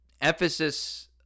emphasis